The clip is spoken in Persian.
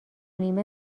نیمه